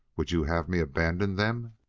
would you have me abandon them?